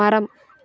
மரம்